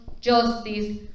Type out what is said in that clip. justice